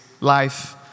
life